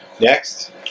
Next